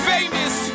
Famous